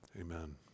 amen